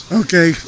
okay